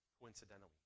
coincidentally